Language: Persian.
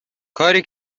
کاری